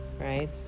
right